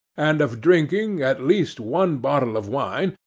and of drinking at least one bottle of wine,